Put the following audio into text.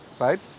right